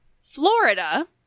Florida